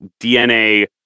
DNA